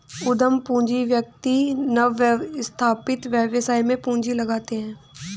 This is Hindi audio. उद्यम पूंजी व्यक्ति नवस्थापित व्यवसाय में पूंजी लगाते हैं